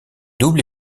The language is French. double